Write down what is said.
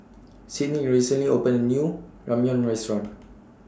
Sidney recently opened A New Ramyeon Restaurant